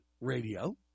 Radio